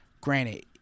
Granted